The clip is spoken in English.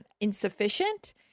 insufficient